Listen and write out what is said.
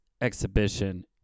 Exhibition